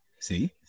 See